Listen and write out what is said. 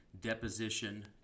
deposition